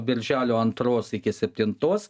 birželio antros iki septintos